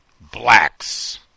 Blacks